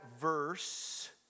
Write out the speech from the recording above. verse